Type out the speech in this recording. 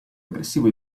aggressivo